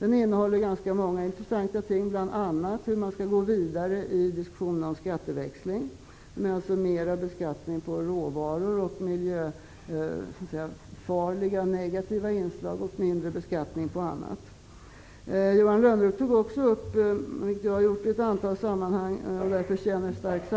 Den innehåller ganska många intressanta ting, bl.a. hur man skall gå vidare i diskussionen om skatteväxling, dvs. mera skatt på råvaror och miljöfarliga, negativa inslag, samt mindre skatt på annat. Johan Lönnroth tog också upp -- vilket även jag har gjort i ett antal sammanhang och därför känner starkt för